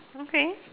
okay